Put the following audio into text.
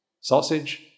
sausage